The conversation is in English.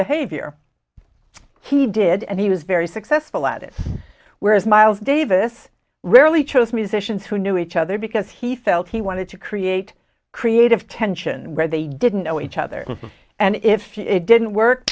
behavior he did and he was very successful at this whereas miles davis rarely chose musicians who knew each other because he felt he wanted to create creative tension where they didn't know each other and if you didn't work